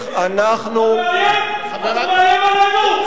אתה מאיים, אתה מאיים עלינו?